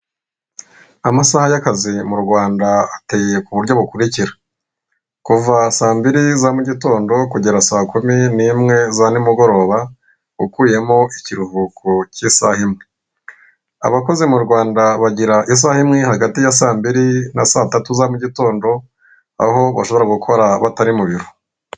Amasaha y'akazi mu Rwanda ateye ku buryo bukurikira: kuva saa mbiri za mu gitondo kugera saa kumi n'imwe za nimugoroba ukuyemo ikiruhuko cy'isaha imwe. Abakozi mu Rwanda bagira isaha imwe hagati ya saa mbiri na saa tatu za mu gitondo aho bashobora gukora batari mu biro.